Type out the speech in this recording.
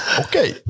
okay